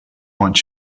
wants